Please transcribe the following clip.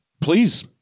Please